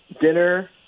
dinner